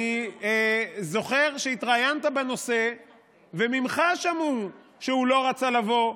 אני זוכר שהתראיינת בנושא וממך שמעו שהוא לא רצה לבוא,